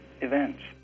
events